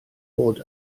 fod